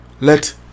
Let